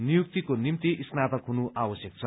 नियुक्तिको निम्ति स्नातक हुनु आवश्यक छ